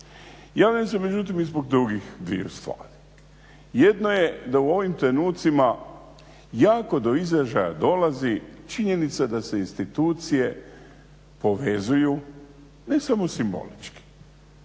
Javljam se međutim i zbog drugih dviju stvari. Jedno je da u ovim trenucima jako do izražaja dolazi činjenica da se institucije povezuju ne samo simbolički,